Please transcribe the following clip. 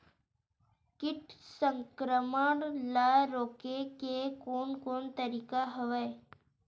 कीट संक्रमण ल रोके के कोन कोन तरीका हवय?